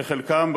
לחלקם,